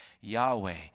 Yahweh